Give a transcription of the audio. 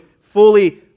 fully